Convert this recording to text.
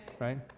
right